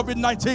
COVID-19